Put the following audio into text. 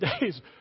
days